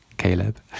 Caleb